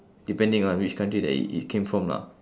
depending on which country that it it came from lah